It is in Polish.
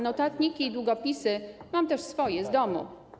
Notatniki i długopisy mam też swoje, z domu.